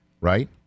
right